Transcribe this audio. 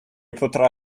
potrà